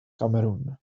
cameroon